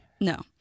No